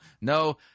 no